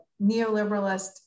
neoliberalist